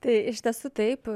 tai iš tiesų taip